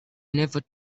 never